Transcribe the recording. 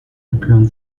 appelant